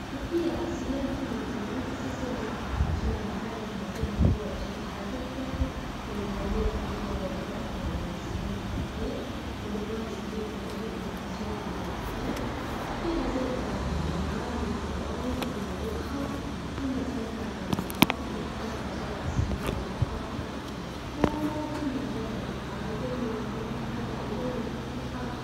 بالطبيعه السياره فيها مكونات أساسيه كيما المحرك ليعطيها القوه باش تتحرك و رواد لهي تربط السياره بالطريق و البلايص ليقعدو فيهم ليسوقو الركاب فيها زادا الدواسات و المقود و الشاشه، فما زادا الفرامل لتتحكم بسرعة السياره و توقفها و فما زادا البطاريه و الأنظمه الكهربائيه لتوفر الطاقه.